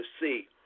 see